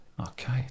Okay